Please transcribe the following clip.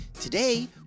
Today